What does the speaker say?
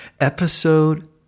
episode